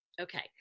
okay